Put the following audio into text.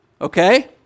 Okay